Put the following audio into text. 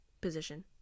position